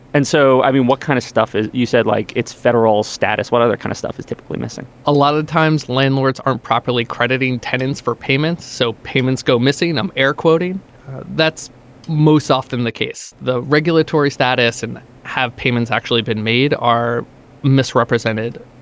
and so i mean what kind of stuff you said like it's federal status what other kind of stuff is typically missing a lot of the times landlords aren't properly crediting tenants for payments. so payments go missing i'm air quoting that's most often the case the regulatory status and have payments actually been made are misrepresented.